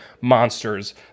monsters